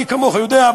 מי כמוך יודע,